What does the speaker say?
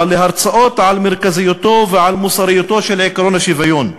להרצאות על מרכזיותו ועל מוסריותו של עקרון השוויון.